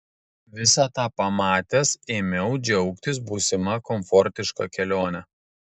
visą tą pamatęs ėmiau džiaugtis būsima komfortiška kelione